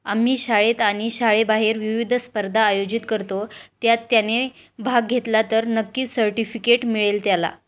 आम्ही शाळेत आणि शाळेबाहेर विविध स्पर्धा आयोजित करतो त्यात त्याने भाग घेतला तर नक्कीच सर्टिफिकेट मिळेल त्याला